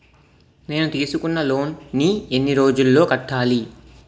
నేను తీసుకున్న లోన్ నీ ఎన్ని రోజుల్లో కట్టాలి?